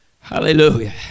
Hallelujah